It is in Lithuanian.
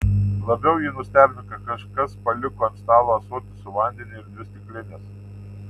labiau jį nustebino kad kažkas paliko ant stalo ąsotį su vandeniu ir dvi stiklines